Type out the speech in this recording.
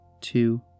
two